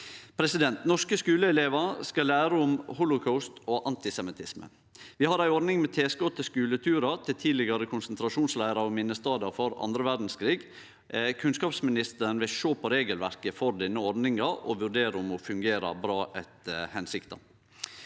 ansvar. Norske skuleelevar skal lære om holocaust og antisemittisme. Vi har ei ordning med tilskot til skuleturar til tidlegare konsentrasjonsleirar og minnestader for den andre verdskrigen. Kunnskapsministeren vil sjå på regelverket for denne ordninga og vurdere om ho fungerer etter hensikta.